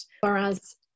Whereas